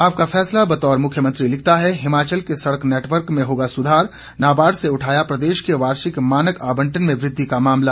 आपका फैसला बतौर मुख्यमंत्री लिखता है हिमाचल के सड़क नेटवर्क में होगा सुधार नाबाड़ से उठाया प्रदेश के वार्षिक मानक आबंटन में वृद्धि का मामला